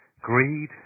greed